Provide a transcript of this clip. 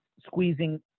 squeezing